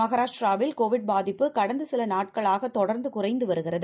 மகாராஷ்டிராவில்கோவிட்பாதிப்புகடந்தசிலநாட்களாகதொடர்ந்துகுறைந்து வருகிறது